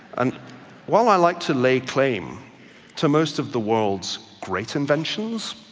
and while i like to lay claim to most of the world's great inventions,